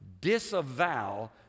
disavow